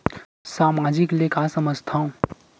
सामाजिक ले का समझ थाव?